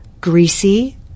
greasy